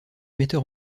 metteur